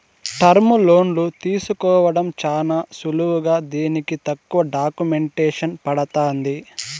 టర్ములోన్లు తీసుకోవడం చాలా సులువు దీనికి తక్కువ డాక్యుమెంటేసన్ పడతాంది